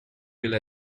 will